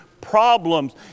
problems